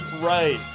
Right